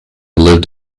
lived